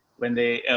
when they,